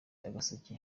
agaseke